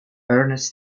ernest